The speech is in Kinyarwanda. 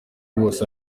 bwose